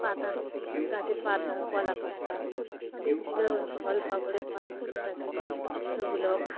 পাতা গাছের পাতা কলা পাতা বা ফল পাকুড়ের পাতা নাতা দিই সেগুলোও খায়